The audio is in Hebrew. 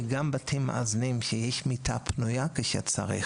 וגם בתים מאזנים שיש בהם מיטה פנויה כשצריך